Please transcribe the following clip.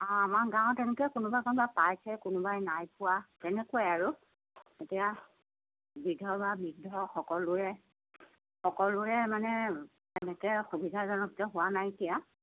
অঁ আমাৰ গাঁৱত তেনেকৈ কোনোবা কোনোবাই পাইছে কোনোবাই নাই পোৱা তেনেকুৱাই আৰু এতিয়া বিধৱা বৃদ্ধ সকলোৰে সকলোৰে মানে তেনেকৈ সুবিধাজনককৈ হোৱা নাইকিয়া